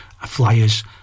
flyers